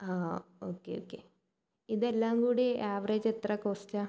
okay okay ഇതെല്ലാംകൂടി average എത്ര Costa